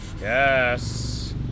Yes